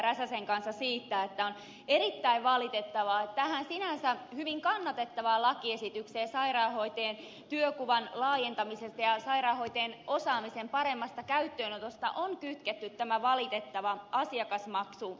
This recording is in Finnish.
räsäsen kanssa siitä että on erittäin valitettavaa että tähän sinänsä hyvin kannatettavaan lakiesitykseen sairaanhoitajien työnkuvan laajentamisesta ja sairaanhoitajien osaamisen paremmasta käyttöönotosta on kytketty tämä valitettava asiakasmaksumuutos